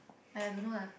!aiya! don't know lah